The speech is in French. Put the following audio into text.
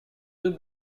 deux